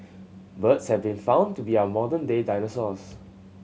birds have been found to be our modern day dinosaurs